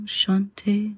Shanti